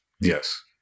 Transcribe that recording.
Yes